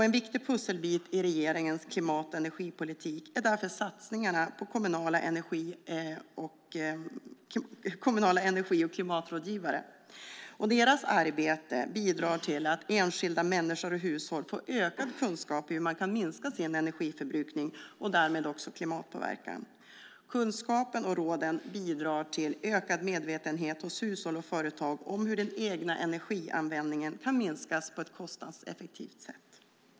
En viktig pusselbit i regeringens klimat och energipolitik är därför satsningarna på kommunala energi och klimatrådgivare. Deras arbete bidrar till att enskilda människor och hushåll får ökad kunskap i hur man kan minska sin energiförbrukning och därmed också klimatpåverkan. Kunskapen och råden bidrar till ökad medvetenhet hos hushåll och företag om hur den egna energianvändningen kan minskas på ett kostnadseffektivt sätt.